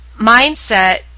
mindset